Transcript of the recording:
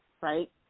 right